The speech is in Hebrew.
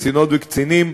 קצינות וקצינים,